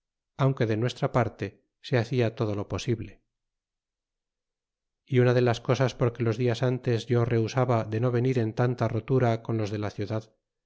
aunque de maese tra parte se hacia tod o lo pos ble y una de las cosas porque los dias ntes yo renos ba de no venir en tanta rotura con los de la ciudad